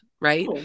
right